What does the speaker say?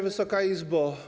Wysoka Izbo!